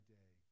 day